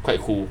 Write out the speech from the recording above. quite cool